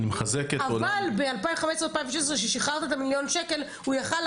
אבל ב- 2015/2016 ששיחררת את ה- 200 מיליון ש"ח,